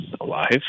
alive